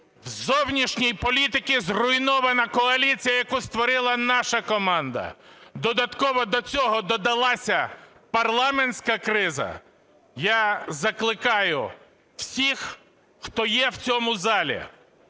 зовнішній політиці, зруйнована коаліція, яку створила наша команда, додатково до цього додалася парламентська криза. Я закликаю всіх, хто є в цьому залі,